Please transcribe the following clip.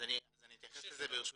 אני אתייחס לזה ברשותך.